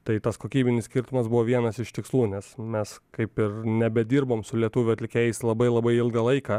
tai tas kokybinis skirtumas buvo vienas iš tikslų nes mes kaip ir nebedirbom su lietuvių atlikėjais labai labai ilgą laiką